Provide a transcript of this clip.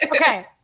Okay